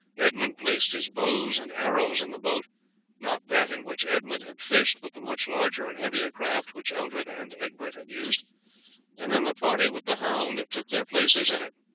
edmund placed his bows and arrows in the boat not that in which edmund had fished, but the much larger and heavier craft which eldred and egbert had used and then the party, with the hound, took their places in it.